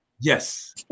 yes